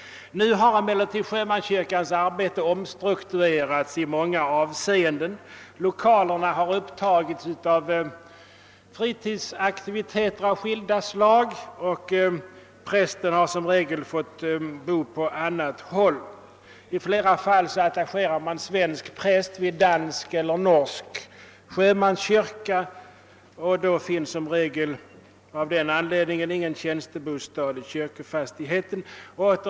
Nu har emellertid sjömanskyrkans arbete i många avseenden omstrukturerats. Lokalerna har upptagits för fritidsaktiviteter av skilda slag, och prästen har som regel fått bostad på annat håll. I flera fall har man attacherat svensk präst vid dansk eller norsk sjömanskyrka, och av den anledningen finns som regel ingen tjänstebostad i kyrkofastigheten.